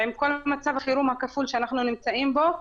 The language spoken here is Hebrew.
ועם כל מצב החרום הכפול שאנחנו נמצאים בו,